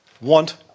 want